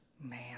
Man